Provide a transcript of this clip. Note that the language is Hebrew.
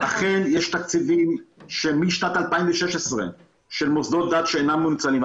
אכן יש תקציבים משנת 2016 של מוסדות דת שאינם מנוצלים.